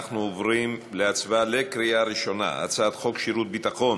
אנחנו עוברים להצבעה בקריאה ראשונה על הצעת חוק שירות ביטחון,